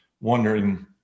wondering